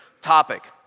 topic